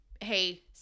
hey